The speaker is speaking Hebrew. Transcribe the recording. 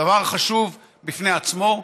דבר חשוב בפני עצמו.